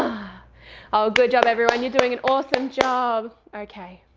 ah good job everyone, you're doing an awesome job. okay,